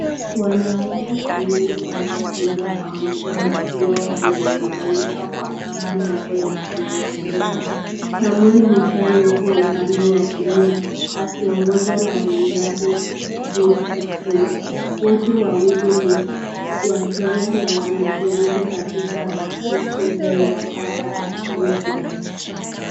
Wanaume wawili wanaokimbia pamoja wakiwa wameunganishwa kwa kamba ndogo ya kuongezea , Samuel Muchai yuko upande wa kulia akiongozwa na mwenzake Jane Kipchumba wote wawili ni wakenya na wanashiriki katika michezo ya (cs)para athletics(cs).